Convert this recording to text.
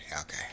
okay